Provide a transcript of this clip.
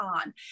on